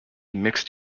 mixed